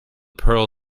pearl